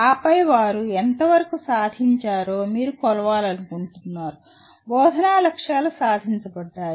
ఆపై వారు ఎంతవరకు సాధించారో మీరు కొలవాలనుకుంటున్నారు బోధనా లక్ష్యాలు సాధించబడ్డాయి